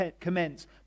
commence